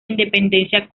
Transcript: independencia